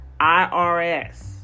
IRS